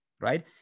right